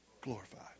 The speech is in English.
glorified